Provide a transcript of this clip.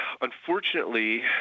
unfortunately